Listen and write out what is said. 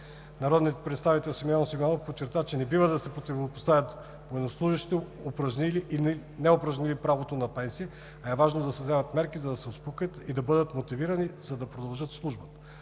Народният представител Симеон Симеонов подчерта, че не бива да се противопоставят военнослужещите, упражнили и неупражнили правото на пенсия, а е важно да се вземат мерки, за да се успокоят и да бъдат мотивирани да продължават да служат.